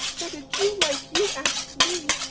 that a jew like you asks me,